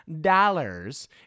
dollars